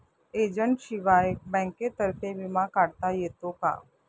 एजंटशिवाय बँकेतर्फे विमा काढता येतो का?